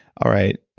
all right.